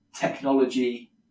technology